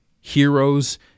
heroes